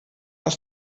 ist